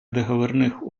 договорных